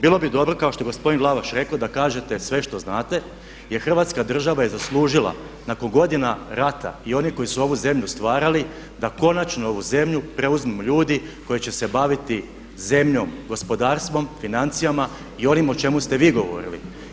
Bilo bi dobro kao što je gospodin Glavaš rekao da kažete sve što znate jer Hrvatska država je zaslužila nakon godina rata i onih koji su ovu zemlju stvarali da konačno ovu zemlju preuzmu ljudi koji će se baviti zemljom, gospodarstvom, financijama i onim o čemu ste vi govorili.